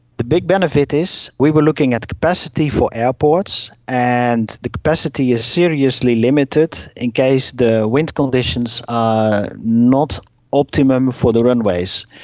the big benefit is we were looking at the capacity for airports, and the capacity is seriously limited in case the wind conditions are not optimum for the runways.